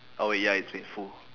oh ya it's painful